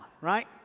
right